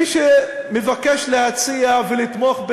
מי שמבקש להציע ולתמוך,